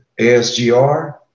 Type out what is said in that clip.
ASGR